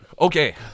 Okay